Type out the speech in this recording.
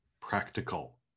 practical